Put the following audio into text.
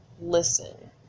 listen